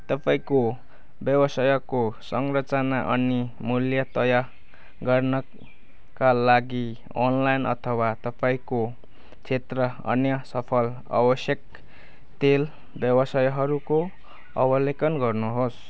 तपाईँँको व्यवसायको संरचना अनि मूल्य तय गर्नाका लागि अनलाइन अथवा तपाईँँको क्षेत्र अन्य सफल आवश्यक तेल व्यवसायहरूको अवलोकन गर्नुहोस्